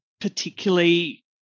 particularly